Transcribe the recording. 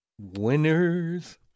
winners